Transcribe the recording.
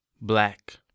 Black